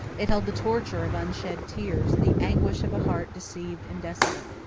it held the torture of unshed tears, the anguish of a heart deceived and desolate.